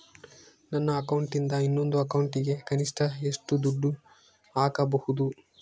ನನ್ನ ಅಕೌಂಟಿಂದ ಇನ್ನೊಂದು ಅಕೌಂಟಿಗೆ ಕನಿಷ್ಟ ಎಷ್ಟು ದುಡ್ಡು ಹಾಕಬಹುದು?